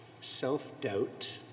self-doubt